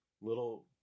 little